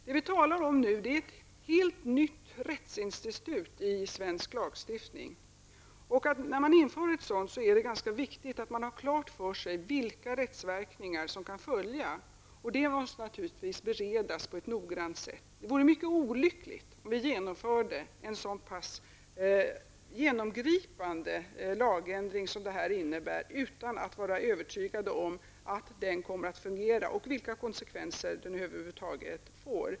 Herr talman! Det vi talar om nu är ett helt nytt rättsinstitut i svensk lagstiftning. När man inför ett sådant är det ganska viktigt att man har klart för sig vilka rättsverkningar som kan följa. Detta måste naturligtvis beredas på ett noggrant sätt. Det vore mycket olyckligt om vi genomförde en så pass genomgripande lagändring som detta innebär utan att vara övertygade om att den kommer att fungera och vilka konsekvenser den över huvud taget får.